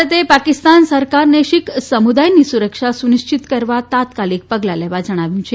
ભારતે પાકિસ્તાન સરકારને શિખ સમુદાયની સુરક્ષા સુનિશ્ચિત કરવા તાત્કાલિક પગલા લેવા જણાવ્યું છે